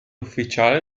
ufficiale